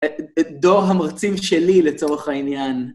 דור המרצים שלי לצורך העניין.